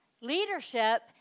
leadership